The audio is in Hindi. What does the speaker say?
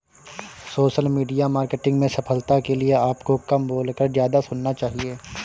सोशल मीडिया मार्केटिंग में सफलता के लिए आपको कम बोलकर ज्यादा सुनना चाहिए